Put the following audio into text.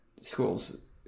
schools